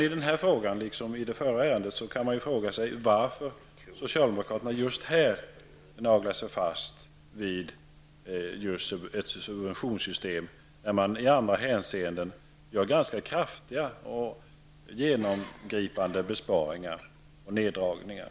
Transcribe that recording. I detta ärende liksom i det förra ärendet kan man fråga sig varför socialdemokraterna just här gnager sig fast vid ett subventionssystem när man i andra hänseenden gör ganska kraftiga och genomgripande besparingar och neddragningar.